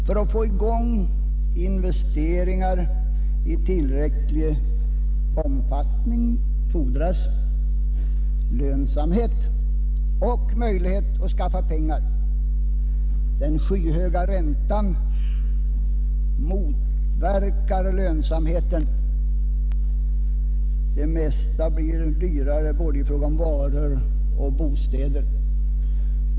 För att få i gång investeringar i tillräcklig omfattning fordras lönsamhet och möjlighet att skaffa pengar. Den skyhöga räntan motverkar lönsamheten. Det mesta blir dyrare i fråga om både varor och bostäder.